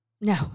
No